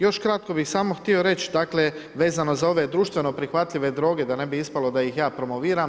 Još kratko bih samo htio reći, dakle vezano za ove društveno prihvatljive droge, da ne bi ispalo da ih ja promoviram.